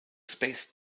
space